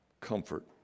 comfort